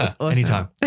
Anytime